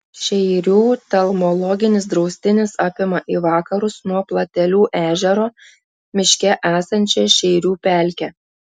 šeirių telmologinis draustinis apima į vakarus nuo platelių ežero miške esančią šeirių pelkę